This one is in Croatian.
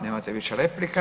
Nemate više replika.